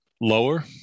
lower